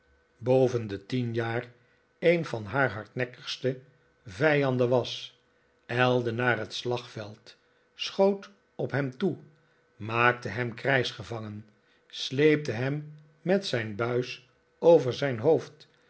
de tien jaar een van haar hardnekkigste vijanden was ijlde naar het slagveld schoot op hem toe maakte hem krijgsgevangen sleepte hem met zijn buis over zijn hoofd